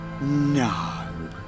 No